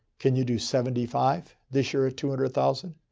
can you do seventy five this year at two hundred thousand?